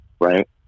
right